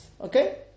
Okay